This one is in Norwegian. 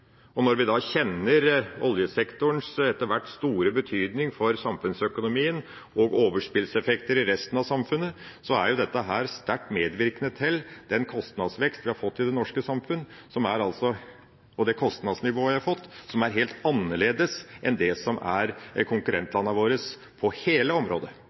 Når vi da kjenner oljesektorens etter hvert store betydning for samfunnsøkonomien og «overspill»-effekter i resten av samfunnet, er dette sterkt medvirkende til den kostnadsvekst og det kostnadsnivå vi har fått i det norske samfunn, som er helt annerledes enn hos konkurrentlandene våre, på hele området. Det ser Senterpartiet som